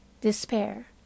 despair